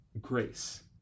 Grace